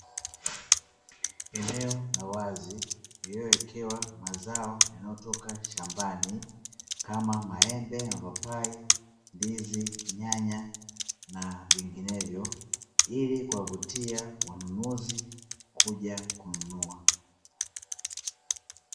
Eneo la wazi lililo wekewa mazao yanayo toka shambani kama: maembe, mapapai, ndizi, nyanya na vinginevyo, ili kuwavutia wanunuzi kuja kununua.